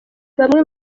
bamwe